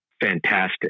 fantastic